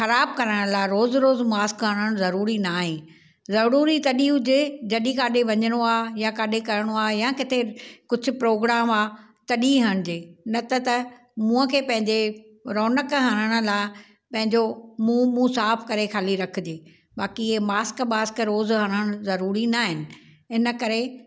ख़राबु करण लाइ रोज़ु रोज़ु मास्क हरणु ज़रूरी न आहे ज़रूरी तॾहिं हुजे जॾहिं काॾे वञिणो आहे या काॾे करिणो आहे या किथे कुझु प्रोग्राम आहे तॾहिं हणिजे न त त मुंहं खे पंहिंजे रौनक हरण लाइ पंहिंजो मुंहुं बुह साफ़ु करे ख़ाली रखिजे बाक़ी इहे मास्क बास्क रोज़ु हरणु ज़रूरी न आहिनि इन करे